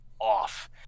off